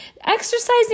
exercising